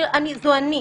זו אני.